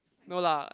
no lah